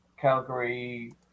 Calgary